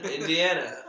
Indiana